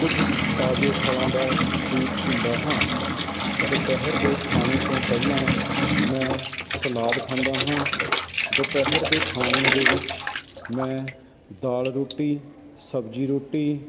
ਕੁਝ ਤਾਜ਼ੇ ਫ਼ਲਾਂ ਦਾ ਸੂਪ ਪੀਂਦਾ ਹਾਂ ਦੁਪਹਿਰ ਦੇ ਖਾਣੇ ਤੋਂ ਪਹਿਲਾਂ ਮੈਂ ਸਲਾਦ ਖਾਂਦਾ ਹਾਂ ਦੁਪਹਿਰ ਦੇ ਖਾਣੇ ਦੇ ਵਿੱਚ ਮੈਂ ਦਾਲ ਰੋਟੀ ਸਬਜ਼ੀ ਰੋਟੀ